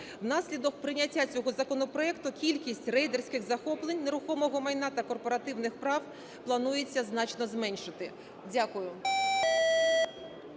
Внаслідок прийняття цього законопроекту кількість рейдерських захоплень нерухомого майна та корпоративних прав планується значно зменшити. Дякую.